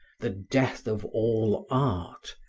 the death of all art,